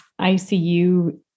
ICU